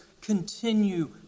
continue